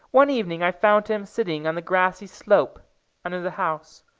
one evening i found him sitting on the grassy slope under the house,